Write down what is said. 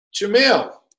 jamil